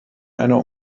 einer